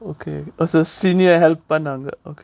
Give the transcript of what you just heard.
okay oh so senior help பண்ணுவாங்க:pannuvaanga okay